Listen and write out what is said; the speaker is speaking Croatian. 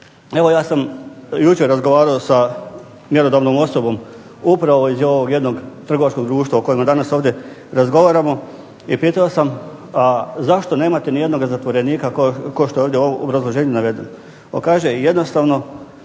Evo ja sam jučer razgovarao sa mjerodavnom osobom upravo iz ovog jednog trgovačkog društva o kojima danas ovdje razgovaramo i pitao sam a zašto nemate ni jednoga zatvorenika kao što je ovdje u obrazloženju navedeno.